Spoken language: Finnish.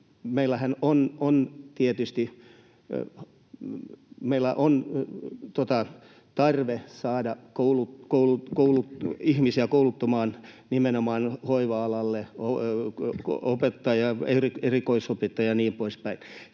tietysti tarve saada ihmisiä kouluttautumaan nimenomaan hoiva-alalle, opettajan erikoisopintoihin ja niin poispäin,